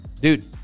Dude